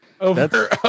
over